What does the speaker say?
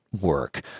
work